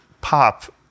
pop